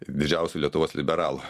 didžiausiu lietuvos liberalu